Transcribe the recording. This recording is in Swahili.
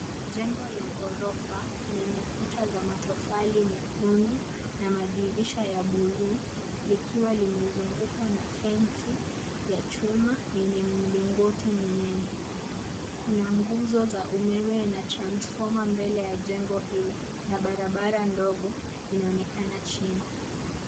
Jengo la ghorofa lenye kuta za matofali mekundu na madirisha ya buluu likiwa limezungukwa na fence ya chuma yenye mlingoti minene. Kuna nguzo za umeme na transformer mbele ya jengo hiyo na barabara ndogo inaonekana chini.